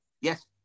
Yes